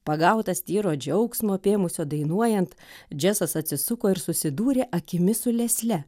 pagautas tyro džiaugsmo apėmusio dainuojant džesas atsisuko ir susidūrė akimis su lesle